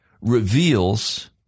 reveals